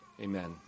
Amen